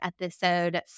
episode